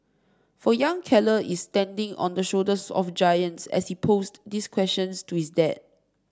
for young Keller is standing on the shoulders of giants as he posed these questions to his dad